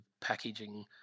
packaging